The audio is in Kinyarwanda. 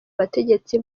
bategetsi